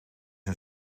een